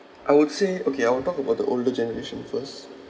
I would say okay I'll talk about the older generation first